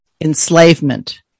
enslavement